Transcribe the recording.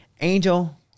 angel